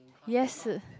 yes